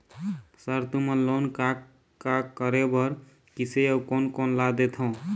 Sir तुमन loan का का करें बर, किसे अउ कोन कोन ला देथों?